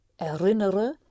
erinnere